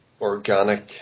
organic